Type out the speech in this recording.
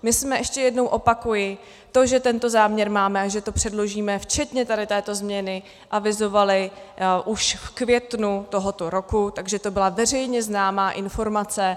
My jsme, ještě jednou opakuji, to, že tento záměr máme a že to předložíme včetně tady této změny, avizovali už v květnu tohoto roku, takže to byla veřejně známá informace.